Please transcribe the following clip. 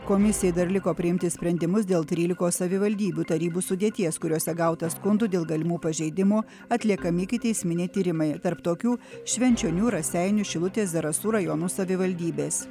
komisijai dar liko priimti sprendimus dėl trylikos savivaldybių tarybų sudėties kuriose gauta skundų dėl galimų pažeidimų atliekami ikiteisminiai tyrimai tarp tokių švenčionių raseinių šilutės zarasų rajonų savivaldybės